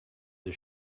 the